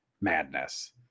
madness